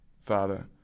Father